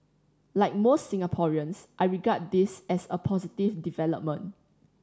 like most Singaporeans I regard this as a positive development